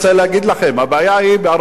הבעיה היא הרבה יותר אקוטית,